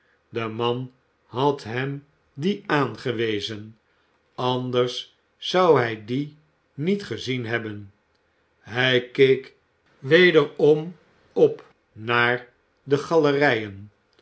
de man had hem dien aangewezen anders zou hij dien niet jezien hebben hij keek wederom op naar de galerijen